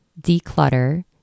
declutter